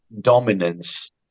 dominance